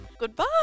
Goodbye